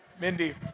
Mindy